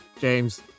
james